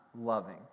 loving